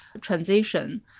transition